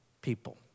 people